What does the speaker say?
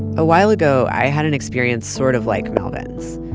awhile ago i had an experience sort of like melvin's.